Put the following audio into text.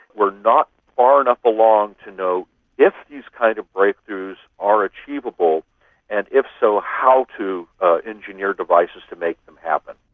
we're not far enough along to know if these kind of breakthroughs are achievable and, if so, how to engineer devices to make them happen.